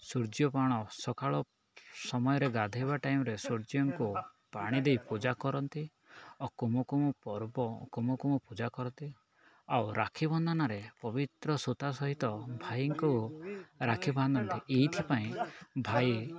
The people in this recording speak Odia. ସୂର୍ଯ୍ୟ ପାଣ ସକାଳ ସମୟରେ ଗାଧେଇବା ଟାଇମରେ ସୂର୍ଯ୍ୟଙ୍କୁ ପାଣି ଦେଇ ପୂଜା କରନ୍ତି ଆଉ କୁମକୁମ ପର୍ବ କୁମକୁମ ପୂଜା କରନ୍ତି ଆଉ ରାକ୍ଷୀ ବନ୍ଧନାରେ ପବିତ୍ର ସୂତା ସହିତ ଭାଇଙ୍କୁ ରାକ୍ଷୀ ବାନ୍ଧନ୍ତି ଏଇଥିପାଇଁ ଭାଇ